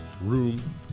room